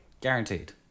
Guaranteed